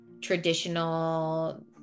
traditional